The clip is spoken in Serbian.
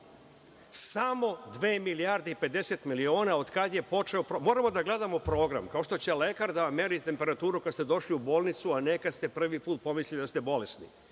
Samo dve milijarde i 50 miliona od kada je počeo program. Moramo da gledamo program, kao što će lekar da vam meri temperaturu kada ste došli u bolnicu, a ne kada ste prvi put pomislili da ste bolesni.